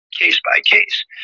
case-by-case